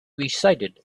recited